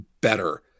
better